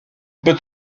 peut